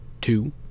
two